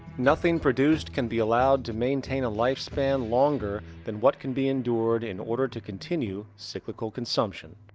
nothing produced can be allowed to maintain a lifespan longer than what can be endured in order to continue cyclical consumption.